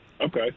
Okay